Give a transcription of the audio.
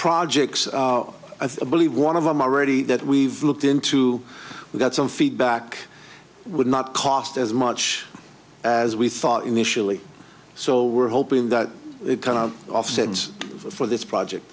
projects ability one of them already that we've looked into we've got some feedback would not cost as much as we thought initially so we're hoping that it kind of offsets for this project